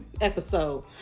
episode